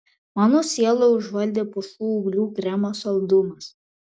mano sielą užvaldė pušų ūglių kremo saldumas